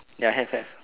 ya have have